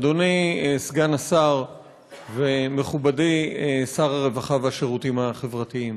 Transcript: אדוני סגן השר ומכובדי שר הרווחה והשירותים החברתיים,